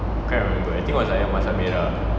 can't remember I think was like ayam masak merah